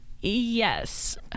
Yes